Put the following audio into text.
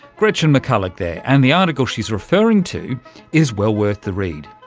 gretchen mcculloch there, and the article she's referring to is well worth the read.